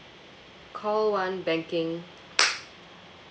call one banking